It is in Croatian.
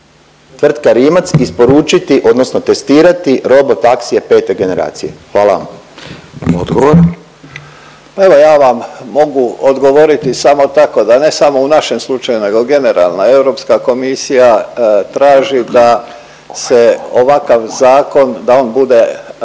tvrtka Rimac isporučiti odnosno testirati robotaksiji pete generacije? Hvala vam. **Radin, Furio (Nezavisni)** Odgovor. **Božinović, Davor (HDZ)** Evo ja vam mogu odgovoriti samo tako da ne samo u našem slučaju nego generalno, Europska komisija traži da se ovakav zakon, da on bude